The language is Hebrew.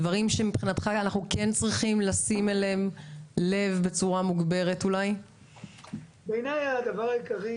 עוד אני סמוכה ובטוחה כי אותו ילד בהיוולדו יזכה לחיים בעלי משמעות,